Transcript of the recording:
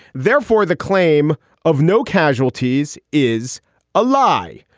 therefore, the claim of no casualties is a lie,